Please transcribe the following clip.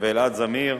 ואלעד זמיר.